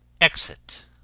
Exit